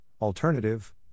alternative